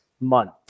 Month